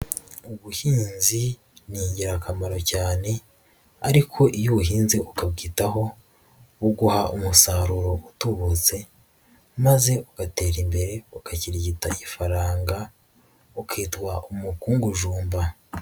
Ubuhinzi ni ingirakamaro cyane ariko iyo uhinze ukabyitaho buguha umusaruro utubutse maze ugatera imbere ukakirigita ifaranga, ukitwaha umukungujumba.